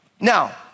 Now